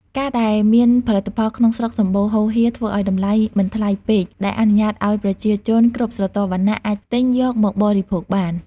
ការដែលមានផលិតផលក្នុងស្រុកសម្បូរហូរហៀរ ធ្វើឱ្យតម្លៃមិនថ្លៃពេក ដែលអនុញ្ញាតឱ្យប្រជាជនគ្រប់ស្រទាប់វណ្ណៈអាចទិញយកមកបរិភោគបាន។